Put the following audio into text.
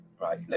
Right